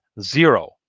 zero